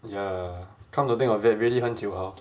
ya come to think of it really 很久 hor